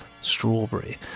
strawberry